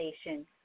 station